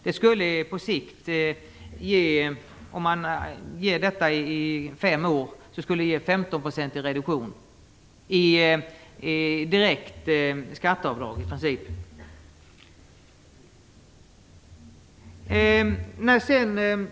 Det skulle på fem år ge en 15-procentig reduktion, i princip i form av direkt skatteavdrag.